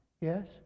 Yes